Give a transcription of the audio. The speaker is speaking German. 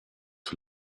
für